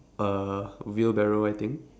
a wheelbarrow I think